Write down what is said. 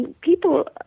people